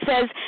says